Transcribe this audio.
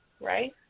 right